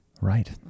Right